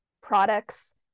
products